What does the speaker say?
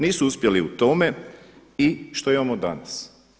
Nisu uspjeli u tome i što imamo danas?